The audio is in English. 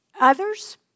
others